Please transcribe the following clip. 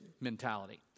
mentality